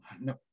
no